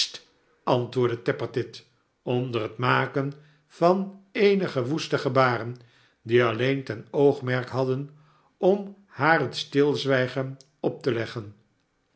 antwoordde tappertit onder het maken van eenige woeste gebaren die alleen ten oogmerk hadden om haar het stilzwijgen op te leggen